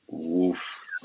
Oof